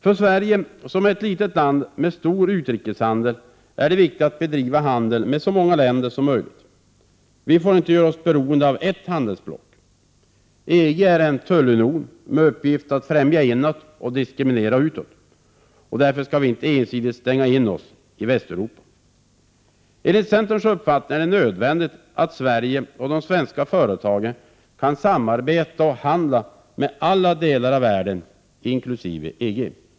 För Sverige, som är ett litet land med stor utrikeshandel, är det viktigt att bedriva handel med så många länder som möjligt. Vi får inte göra oss beroende av ert handelsblock. EG är en tullunion med uppgift att främja inåt och diskriminera utåt. Därför skall vi inte ensidigt stänga in oss i Västeuropa. Enligt centerns uppfattning är det nödvändigt att Sverige och de svenska företagen kan samarbeta och handla med alla delar av världen, inkl. EG.